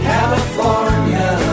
California